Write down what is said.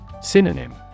Synonym